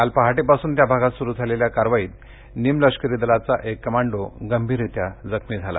काल पहाटेपासून त्याभागात सुरू केलेल्या कारवाईत निम लष्करी दलाचा एक कमांडो गंभीररित्या जखमी झाला